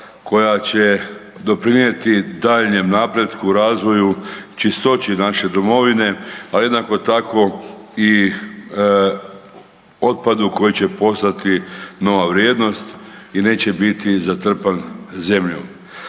koja će doprinijeti daljnjem napretku, razvoju, čistoći naše domovine, a jednako tako i otpadu koji će postati nova vrijednost i neće biti zatrpan zemljom.